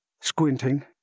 squinting